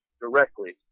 directly